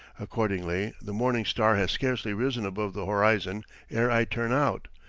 accordingly, the morning star has scarcely risen above the horizon ere i turn out,